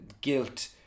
guilt